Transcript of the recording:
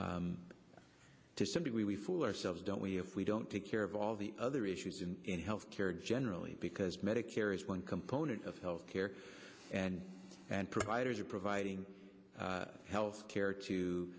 to some degree we fool ourselves don't we if we don't take care of all the other issues in health care generally because medicare is one component of health care and providers are providing health care to